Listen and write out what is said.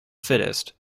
fittest